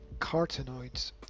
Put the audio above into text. carotenoids